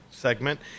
segment